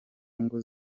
ngo